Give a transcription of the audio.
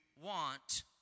want